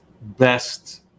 best